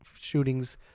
shootings